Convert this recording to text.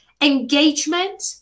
engagement